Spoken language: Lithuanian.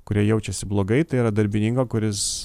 kurie jaučiasi blogai tai yra darbininką kuris